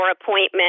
appointment